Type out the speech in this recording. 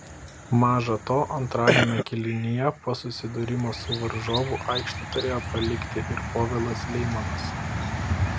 maža to antrajame kėlinyje po susidūrimo su varžovu aikštę turėjo palikti ir povilas leimonas